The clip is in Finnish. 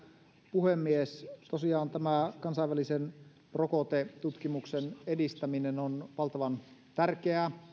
puhemies tosiaan tämä kansainvälisen rokotetutkimuksen edistäminen on valtavan tärkeää